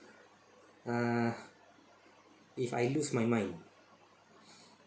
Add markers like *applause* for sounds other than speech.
uh if I lose my mind *breath*